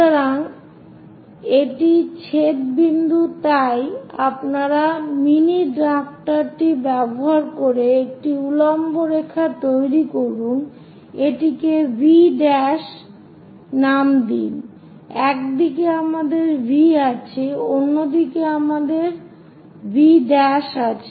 সুতরাং এটি ছেদ বিন্দু তাই আপনার মিনি ড্রাফটারটি ব্যবহার করে একটি উল্লম্ব রেখা তৈরি করুন এটিকে V নাম দিন একদিকে আমাদের V আছে অন্য দিকে আমাদের V আছে